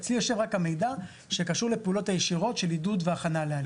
אצלי יושב רק המידע שקשור לפעולות הישירות של עידוד והכנה לעלייה.